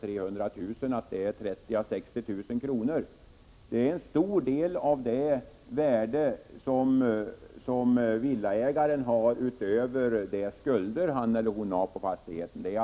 I det fallet gäller det 30 000 å 60 000 kr. Det är en stor del av vad villaägaren har utöver de skulder han eller hon har på fastigheten.